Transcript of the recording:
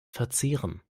verzehren